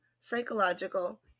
psychological